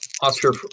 Oscar